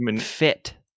fit